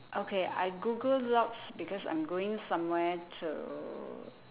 okay I google lots because I'm going somewhere to